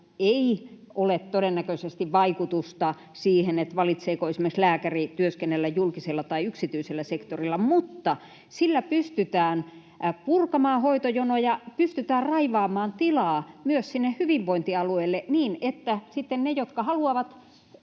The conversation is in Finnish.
ei ole todennäköisesti vaikutusta siihen, valitseeko esimerkiksi lääkäri työskennellä julkisella vai yksityisellä sektorilla. Mutta sillä pystytään purkamaan hoitojonoja, pystytään raivaamaan tilaa myös sinne hyvinvointialueille, niin että sitten niillä, jotka haluavat